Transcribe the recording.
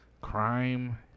crime